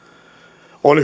on